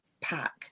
pack